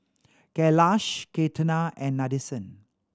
Kailash Ketna and Nadesan